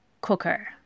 cooker